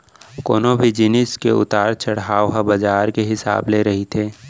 कोनो भी जिनिस के उतार चड़हाव ह बजार के हिसाब ले रहिथे